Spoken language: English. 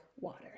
water